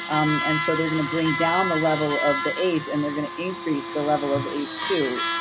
um and so they're gonna bring down the level of the ace and they're gonna increase the level of ace two,